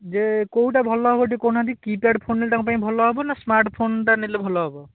ଯେ କେଉଁଟା ଭଲ ହବ ଟିକିଏ କହୁନାହାଁନ୍ତି କିପ୍ୟାଡ଼୍ ଫୋନ ନେଲେ ତାଙ୍କ ପାଇଁ ଭଲ ହବ ନା ସ୍ମାର୍ଟ ଫୋନଟା ନେଲେ ଭଲ ହବ